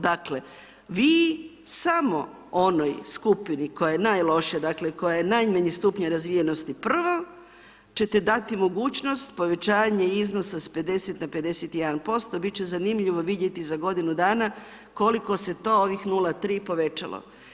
Dakle vi samo onoj skupini koja je najlošija, dakle koja je najmanjeg stupnja razvijenosti, prvo ćete dati mogućnost povećanje iznosa sa 50 na 51, bit će zanimljivo vidjeti za godinu dana koliko se to ovih 0,3 povećalo.